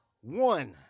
one